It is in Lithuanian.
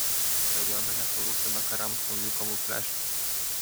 kariuomenę parūpino kariams naujų kamufliažkių